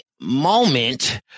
moment